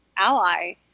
ally